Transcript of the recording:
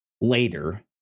later